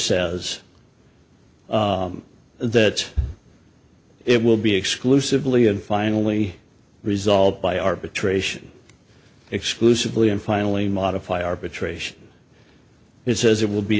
says and that it will be exclusively and finally resolved by arbitration exclusively and finally modify arbitration it says it will be